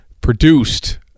produced